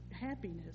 happiness